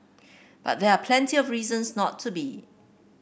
but there are plenty of reasons not to be